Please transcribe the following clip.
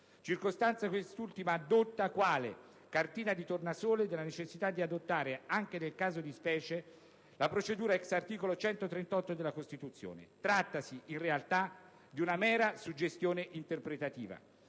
circostanza quest'ultima addotta quale cartina di tornasole della necessità di adottare, anche nel caso di specie, la procedura *ex* articolo 138 della Costituzione. Trattasi, in realtà, di una mera suggestione interpretativa.